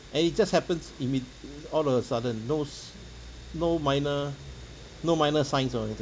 and it just happens immi~ all of a sudden no s~ no minor no minor signs or anything